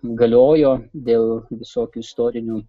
galiojo dėl visokių istorinių